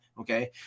Okay